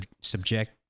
subject